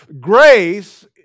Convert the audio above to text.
grace